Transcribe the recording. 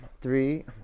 three